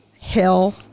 Hell